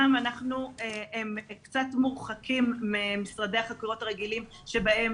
שם אנחנו קצת מורחקים ממשרדי החקירות הרגילים שבהם